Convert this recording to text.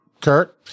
Kurt